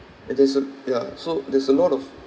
it is a ya so there's a lot of